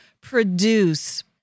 produce